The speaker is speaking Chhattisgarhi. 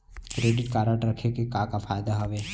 क्रेडिट कारड रखे के का का फायदा हवे?